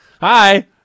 Hi